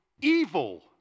evil